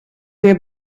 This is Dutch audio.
weer